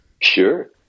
Sure